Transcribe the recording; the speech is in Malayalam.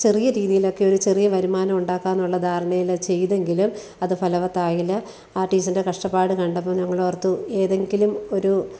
ചെറിയ രീതിയിലൊക്കെ ഒരു ചെറിയ വരുമാനം ഉണ്ടാക്കാമോന്നുള്ള ധാരണയില് ചെയ്തെങ്കിലും അത് ഫലവത്തായില്ല ആ ടീച്ചറിൻ്റെ കഷ്ടപ്പാട് കണ്ടപ്പോൾ ഞങ്ങളോർത്തു ഏതെങ്കിലും ഒരു